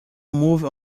move